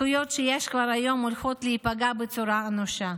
הזכויות שיש כבר היום הולכות להיפגע בצורה אנושה,